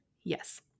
Yes